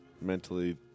mentally